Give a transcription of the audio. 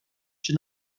czy